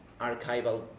archival